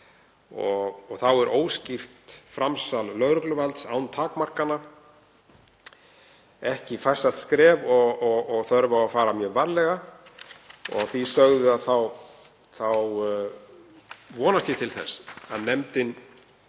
Þá er óskýrt framsal lögregluvalds án takmarkana ekki farsælt skref og þörf á að fara mjög varlega. Að því sögðu vonast ég til að nefndin